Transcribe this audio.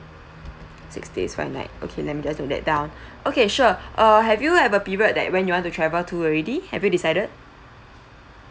six days five night okay let me just note that down okay sure uh have you have a period that when you want to travel to already have you decided